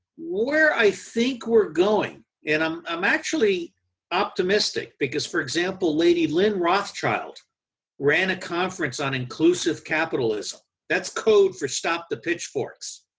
where i think we're going and i'm um actually optimistic, because for example lady lynn rothschild ran a conference on inclusive capitalism. that's code for stop the pitchforks.